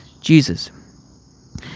Jesus